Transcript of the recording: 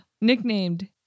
Nicknamed